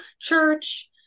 church